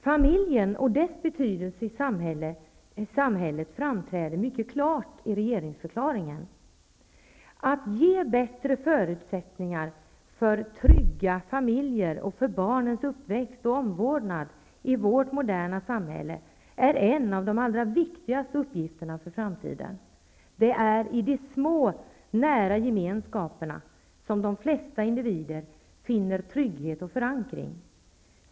Familjen och dess betydelse i samhället framträder mycket klart i regeringsförklaringen. Att ge bättre förutsättningar för trygga familjer och för barnens uppväxt och omvårdnad i vårt moderna samhälle är en av de allra viktigaste uppgifterna för framtiden. Det är i de små, nära gemenskaperna som de flesta individer finner trygghet och förankring.